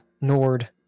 Nord